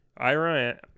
Iran